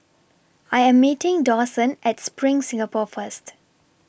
I Am meeting Dawson At SPRING Singapore First